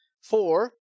four